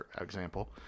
example